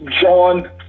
John